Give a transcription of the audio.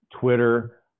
Twitter